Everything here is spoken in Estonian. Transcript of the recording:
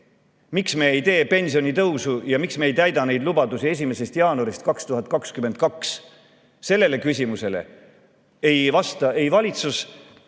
Miks me ei tee pensionitõusu ja miks me ei täida neid lubadusi alates 1. jaanuarist 2022? Sellele küsimusele ei vasta